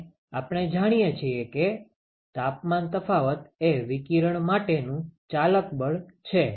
અને આપણે જાણીએ છીએ કે તાપમાન તફાવત એ વિકિરણ માટેનું ચાલક બળ છે